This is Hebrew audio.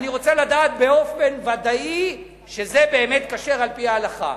אני רוצה לדעת באופן ודאי שזה באמת כשר על-פי ההלכה.